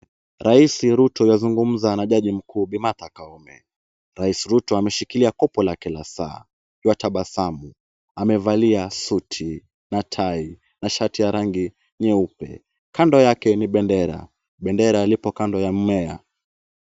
Raisi Ruto anazungumza na jaji mkuu Bi. Martha Koome. Raisi Ruto ameshikilia kopo lake la saa, Yuatabasamu. Amevalia suti na tai na shati ya rangi nyeupe. Kando yake ni bendera. Bendera ipo kando ya mmea.